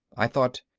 i thought,